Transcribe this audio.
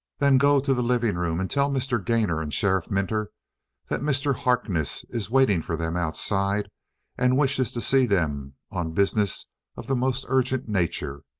then go to the living room and tell mr. gainor and sheriff minter that mr. harkness is waiting for them outside and wishes to see them on business of the most urgent nature.